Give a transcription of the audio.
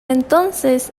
entonces